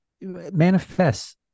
manifests